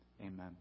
Amen